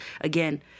again